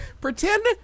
Pretend